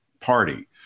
party